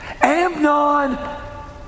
Amnon